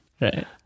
Right